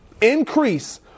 increase